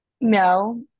No